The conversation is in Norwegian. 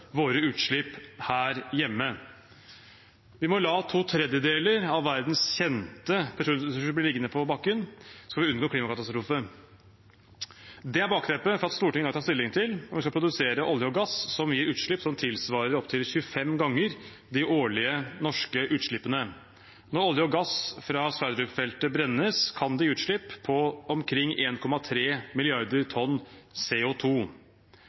våre utslipp her hjemme. Vi må la to tredjedeler av verdens kjente petroleumsressurser bli liggende i bakken skal vi unngå klimakatastrofe. Det er bakteppet for at Stortinget i dag tar stilling til om vi skal produsere olje og gass som gir utslipp som tilsvarer opptil 25 ganger de årlige norske utslippene. Når olje og gass fra Johan Sverdrup-feltet brennes, kan det gi utslipp på omkring 1,3 milliarder tonn CO